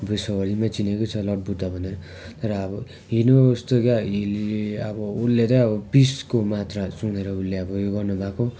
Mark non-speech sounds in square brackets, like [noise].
विश्वभरिमै चिनेकै छ लर्ड बुद्ध भनेर तर अब [unintelligible] क्या अब उसले चाहिँ अब पिसको मात्रा सुँघेर उसले अब उयो गर्नु भएको